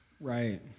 right